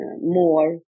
more